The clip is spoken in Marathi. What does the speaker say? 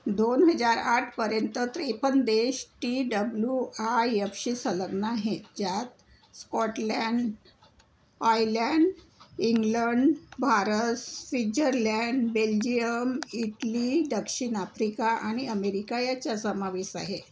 दोन हजार आठपर्यंत त्रेपन्न देश टी डब्लू आय यफशी संलग्न आहेत ज्यात Scotland Ireland England Bharat Switzerland Belgium Italy दक्षिण आफ्रिका आणि अमेरिका याच्या समावेश आहे